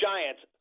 Giants